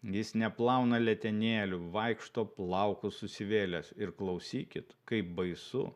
jis neplauna letenėlių vaikšto plaukus susivėlęs ir klausykit kaip baisu